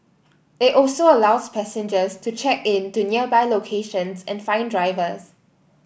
it also allows passengers to check in to nearby locations and find drivers